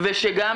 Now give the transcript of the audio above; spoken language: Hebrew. -- ושגם